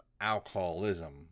alcoholism